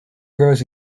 grows